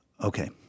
Okay